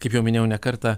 kaip jau minėjau ne kartą